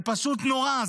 זה פשוט נורא.